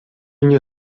nie